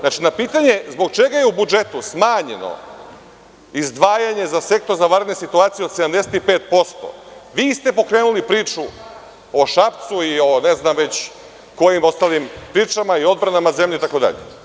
Na pitanje zbog čega je u budžetu smanjeno izdvajanje za Sektor za vanredne situacije od 75%, vi ste pokrenuli priču o Šapcu i o ne znam već kojim ostalim pričama i odbranama zemlje itd.